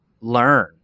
learn